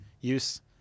use